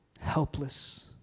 helpless